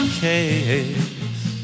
case